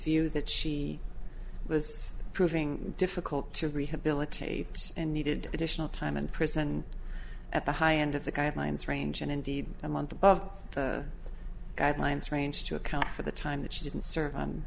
view that she was proving difficult to rehabilitate and needed additional time in prison at the high end of the guidelines range and indeed a month above the guidelines range to account for the time that she didn't serve